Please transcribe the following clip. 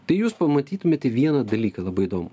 tai jūs pamatytumėte vieną dalyką labai įdomų